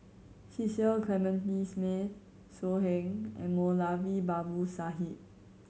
Cecil Clementi Smith So Heng and Moulavi Babu Sahib